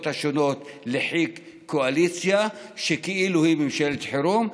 השונות לחיק הקואליציה כאילו היא ממשלת חירום.